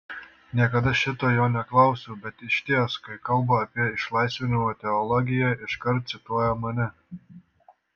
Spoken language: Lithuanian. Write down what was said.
niekada šito jo neklausiau bet išties kai kalba apie išlaisvinimo teologiją iškart cituoja mane